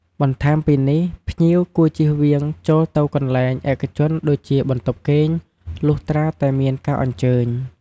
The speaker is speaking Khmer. បន្ថែមពីនេះ ភ្ញៀវគួរជៀសវាងចូលទៅកន្លែងឯកជនដូចជាបន្ទប់គេង លុះត្រាតែមានការអញ្ជើញ។